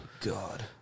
God